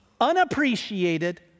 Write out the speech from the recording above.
unappreciated